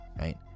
right